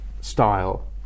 style